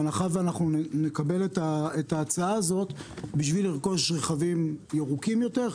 בהנחה שנקבל את ההצעה הזו כדי לרכוש רכבים ירוקים יותר,